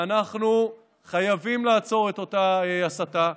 ואנחנו חייבים לעצור את אותה הסתה,